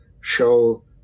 show